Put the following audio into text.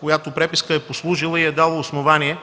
която е послужила и е дала основание